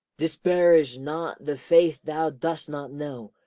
disparage not the faith thou dost not know,